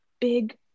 big